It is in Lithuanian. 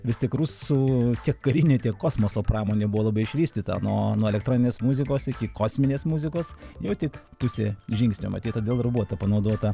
vis tik rusų karinė tiek kosmoso pramonė buvo labai išvystyta nuo nuo elektroninės muzikos iki kosminės muzikos jau tik pusė žingsnio matyt todėl ir buvo ta panaudota